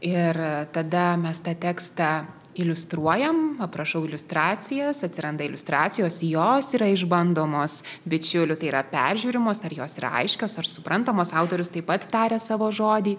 ir tada mes tą tekstą iliustruojam aprašau iliustracijas atsiranda iliustracijos jos yra išbandomos bičiulių tai yra peržiūrimos ar jos yra aiškios ar suprantamas autorius taip pat taria savo žodį